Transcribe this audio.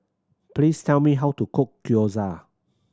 please tell me how to cook Gyoza